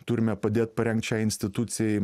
turime padėt parengt šiai institucijai